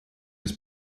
des